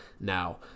now